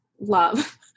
love